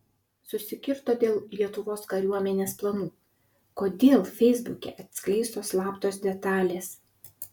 susikirto dėl lietuvos kariuomenės planų kodėl feisbuke atskleistos slaptos detalės